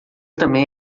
também